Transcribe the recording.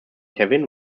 kevin